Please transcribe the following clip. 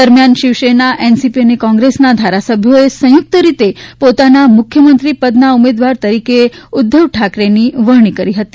દરમિયાન શિવસેના એનસીપી અને કોંગ્રેસના ધારાસભ્યોએ સંયુકત રીતે પોતાના મુખ્યમંત્રી પદના ઉમેદવાર તરીકે ઉધ્ધવ ઠાકરેની વરણી કરી હતી